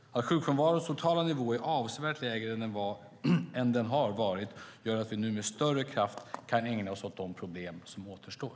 Att sjukfrånvarons totala nivå är avsevärt lägre än vad den har varit gör att vi nu med större kraft kan ägna oss åt de problem som återstår.